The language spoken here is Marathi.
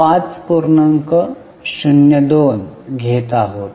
02 घेत आहात